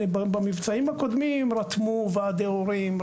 במבצעים הקודמים רתמו ועדי הורים,